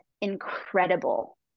incredible